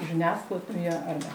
žiniasklaidoje ar ne